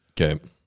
Okay